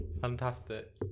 Fantastic